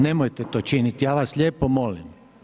Nemojte to činiti, ja vas lijepo molim.